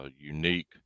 unique